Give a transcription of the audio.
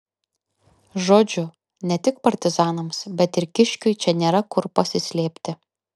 žodžiu ne tik partizanams bet ir kiškiui čia nėra kur pasislėpti